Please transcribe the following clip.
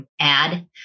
add